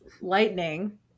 lightning